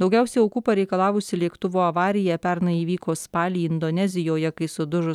daugiausia aukų pareikalavusi lėktuvo avarija pernai įvyko spalį indonezijoje kai sudužus